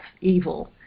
evil